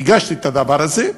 והגשתי את הדבר הזה,